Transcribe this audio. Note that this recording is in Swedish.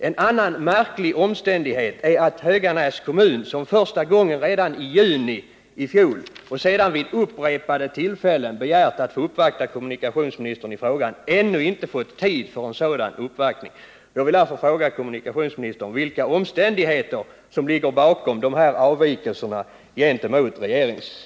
En annan märklig omständighet är att Höganäs kommun, som första gången redan i juni i fjol och sedan vid upprepade tillfällen begärt att få uppvakta kommunikationsministern i frågan, ännu inte fått tid för en sådan uppvaktning. Jag vill fråga kommunikationsministern vilka omständigheter som ligger bakom de här avvikelserna från regeringsbeslutet. Tack!